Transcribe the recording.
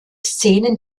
szenen